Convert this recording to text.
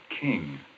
King